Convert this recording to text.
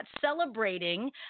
celebrating